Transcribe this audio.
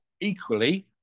Equally